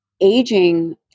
aging